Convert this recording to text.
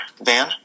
van